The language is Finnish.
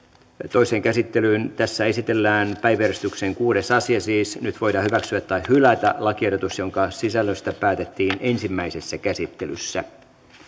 toiseen käsittelyyn esitellään päiväjärjestyksen kuudes asia nyt voidaan hyväksyä tai hylätä lakiehdotus jonka sisällöstä päätettiin ensimmäisessä käsittelyssä